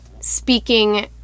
speaking